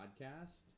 podcast